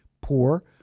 poor